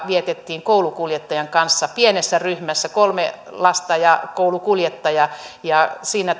vietettiin koulukuljettajan kanssa pienessä ryhmässä kolme lasta ja koulukuljettaja siinä